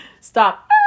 Stop